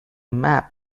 map